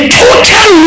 total